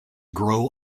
grow